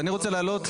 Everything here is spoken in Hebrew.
אני רוצה להעלות.